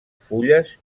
fulles